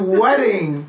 wedding